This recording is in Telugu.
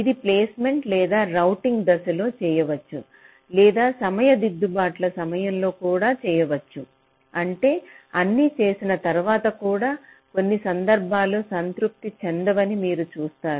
ఇది ప్లేస్మెంట్ లేదా రౌటింగ్ దశలలో చేయవచ్చు లేదా సమయ దిద్దుబాట్ల సమయంలో కూడా చేయవచ్చు అంటే అన్నీ చేసిన తర్వాత కూడా కొన్ని సందర్భాల్లో సంతృప్తి చెందవని మీరు చూస్తారు